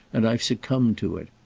and i've succumbed to it.